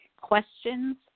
questions